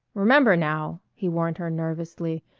remember now! he warned her nervously,